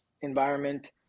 environment